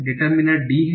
determiner D है